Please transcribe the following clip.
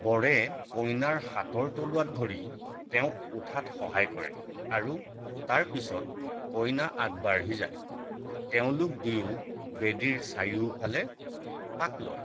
বৰে কইনাৰ হাতৰ তলুৱাত ধৰি তেওঁক উঠাত সহায় কৰে আৰু তাৰ পিছত কইনা আগবাঢ়ি যায় তেওঁলোক দুয়ো বেদীৰ চাৰিওফালে পাক লয়